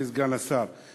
מכובדי סגן השר,